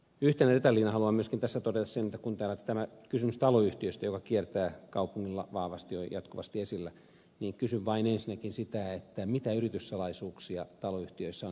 yhtenä detaljina haluan myöskin tässä todeta sen kun täällä on tämä kysymys taloyhtiöistä joka kiertää kaupungilla vahvasti ja on jatkuvasti esillä niin kysyn vain ensinnäkin mitä yrityssalaisuuksia taloyhtiöissä on